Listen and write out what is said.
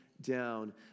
down